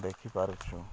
ଦେଖିପାରୁଛୁ